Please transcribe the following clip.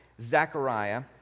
Zechariah